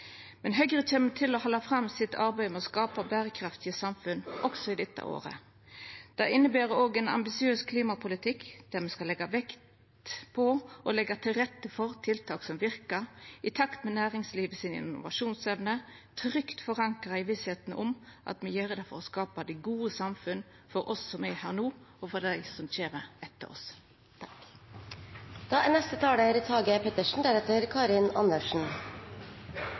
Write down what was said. Høgre kjem til å halda fram sitt arbeid for å skapa berekraftige samfunn også i dette året. Det inneber også ein ambisiøs klimapolitikk der me skal leggja vekt på og leggja til rette for tiltak som verkar, i takt med næringslivet si innovasjonsevne, trygt forankra i vissheit om at me gjer det for å skapa det gode samfunnet for oss som er her no, og for dei som kjem etter oss. Norge er